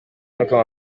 n’uko